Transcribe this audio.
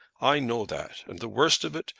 i know that and the worst of it